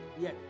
Yes